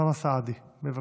חבר הכנסת אוסאמה סעדי, בבקשה.